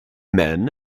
men